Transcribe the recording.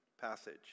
passage